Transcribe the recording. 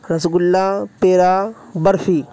رس گلہ پیڈا برفی